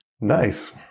Nice